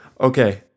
Okay